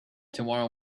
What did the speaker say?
tomorrow